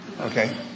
Okay